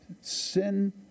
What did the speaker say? sin